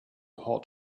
hot